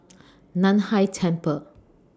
NAN Hai Temple